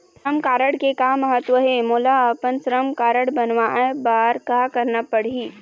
श्रम कारड के का महत्व हे, मोला अपन श्रम कारड बनवाए बार का करना पढ़ही?